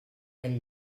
del